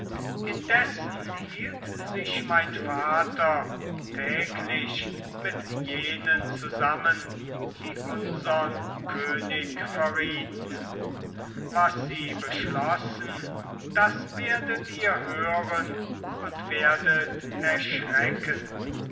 indessen hielt sich mein vater täglich mit jenen zusammen die unsern könig verrieten was sie beschlossen das werdet ihr hören und werdet erschrecken